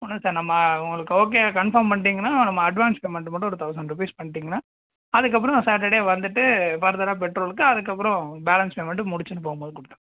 ஒன்னுல்லை sir நம்ம உங்களுக்கு okay confirm பண்ட்டிங்கன்னால் நம்ம அட்வான்ஸ் பேமண்ட்டு மட்டும் ஒரு தௌசண்ட் ருபீஸ் பண்ணிட்டிங்கன்னா அதுக்கப்புறோம் சேட்டர்டே வந்துட்டு ஃபர்தராக பெட்ரோலுக்கு அதுக்கப்புறோம் பேலன்ஸ் பேமண்ட்டும் முடிச்சினு போகும்மோது கொடுத்துகலாம்